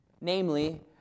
Namely